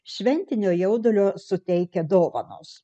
šventinio jaudulio suteikia dovanos